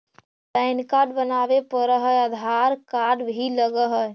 Pan card बनावे पडय है आधार कार्ड भी लगहै?